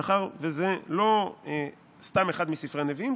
מאחר שזה לא סתם אחד מספרי הנביאים,